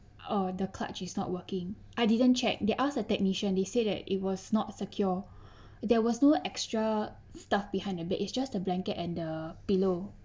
uh the clutch is not working I didn't check they asked a technician they say that it was not secure there was no extra stuff behind the bed it's just a blanket and the pillow